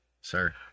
sir